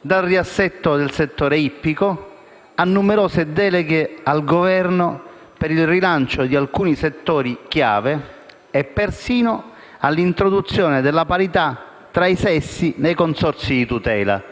dal riassetto del settore ippico a numerose deleghe al Governo per il rilancio di alcuni settori chiave e persino all'introduzione della parità tra i sessi nei consorzi di tutela.